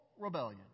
rebellion